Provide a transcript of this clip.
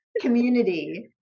community